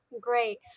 great